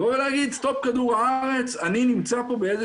לבוא ולהגיד 'סטופ כדור הארץ אני נמצא פה באיזה